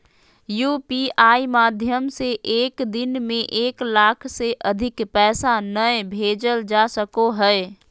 UPI माध्यम से एक दिन में एक लाख से अधिक पैसा नय भेजल जा सको हय